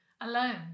alone